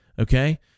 Okay